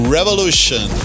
Revolution